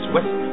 West